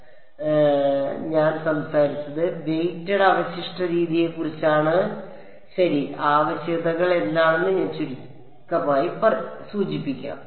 അതിനാൽ ഞാൻ സംസാരിച്ചത് വെയ്റ്റഡ് അവശിഷ്ട രീതിയെക്കുറിച്ചാണ് ശരി ആവശ്യകതകൾ എന്താണെന്ന് ഞാൻ ചുരുക്കമായി സൂചിപ്പിക്കാം